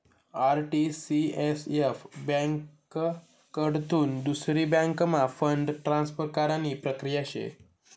RTCSF ब्यांककडथून दुसरी बँकम्हा फंड ट्रान्सफर करानी प्रक्रिया शे